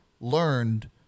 learned